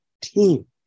team